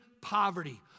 poverty